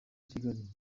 kigali